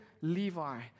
Levi